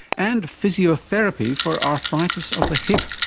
and physiotherapy for arthritis of the hip.